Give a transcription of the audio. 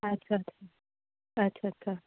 ਅੱਛਾ ਜੀ ਅੱਛਾ ਅੱਛਾ